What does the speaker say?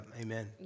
amen